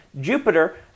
Jupiter